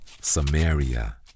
Samaria